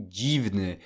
dziwny